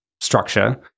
structure